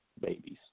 Babies